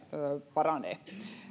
paranee